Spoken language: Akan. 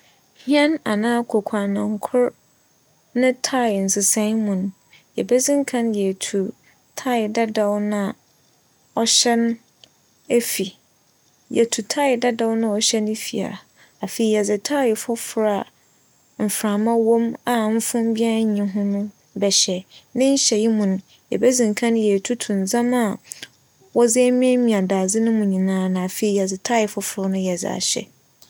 Hɛn anaa kwekuanankor ne tae nsesae mu no, yebedzikan yetu tae dadaw no a ͻhyɛ no efi. Yetu tae dadaw no a ͻhyɛ no fi a, afei, yɛdze tae fofor a mframa wͻ mu a mfom biaa nnyi ho no bɛhyɛ. Ne nhyɛɛ mu no, yebedzi nkan na yetutu ndzɛmba a wͻdze emiamia dadze no nyinaa na afei yɛdze tae fofor no yɛdze ahyɛ.